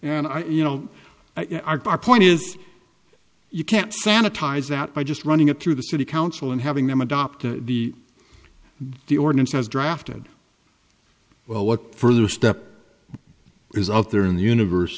and i you know i bar point is you can't sanitize that by just running it through the city council and having them adopt the the ordinance has drafted well what further step is out there in the universe